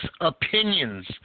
opinions